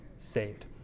saved